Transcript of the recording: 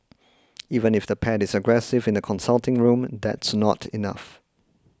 even if the pet is aggressive in the consulting room that's not enough